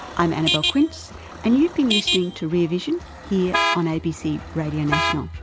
i'm annabelle quince and you've been listening to rear vision, here on abc radio national.